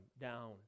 down